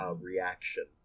reaction